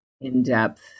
in-depth